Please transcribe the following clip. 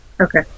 Okay